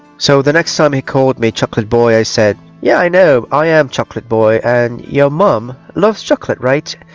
so, the next time he called me chocolate boy i said yeah, i know, know, i am chocolate boy and your mom loves chocolate, right?